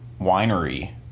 winery